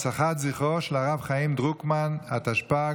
לאוכלוסייה החרדית במוסדות התכנון,